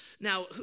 Now